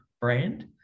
brand